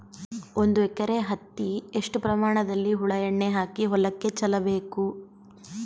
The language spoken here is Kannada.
ಒಂದು ಎಕರೆ ಹತ್ತಿ ಎಷ್ಟು ಪ್ರಮಾಣದಲ್ಲಿ ಹುಳ ಎಣ್ಣೆ ಹಾಕಿ ಹೊಲಕ್ಕೆ ಚಲಬೇಕು?